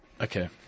okay